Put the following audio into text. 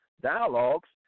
dialogues